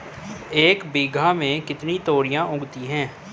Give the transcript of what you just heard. एक बीघा में कितनी तोरियां उगती हैं?